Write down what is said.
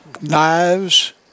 knives